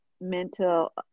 mental